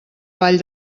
vall